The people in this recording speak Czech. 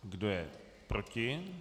Kdo je proti?